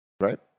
right